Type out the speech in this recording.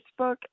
Facebook